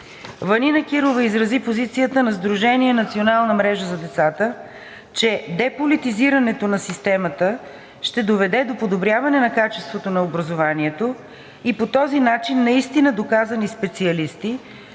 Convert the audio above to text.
Ванина Кирова изрази позицията на Сдружение „Националната мрежа за децата“, че деполитизирането на системата ще доведе до подобряване на качеството на образованието и по този начин наистина доказани специалисти